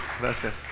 Gracias